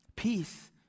Peace